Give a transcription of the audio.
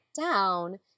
down